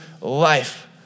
life